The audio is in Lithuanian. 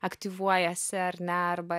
aktyvuojasi ar ne arba